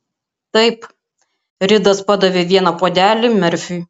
taip ridas padavė vieną puodelį merfiui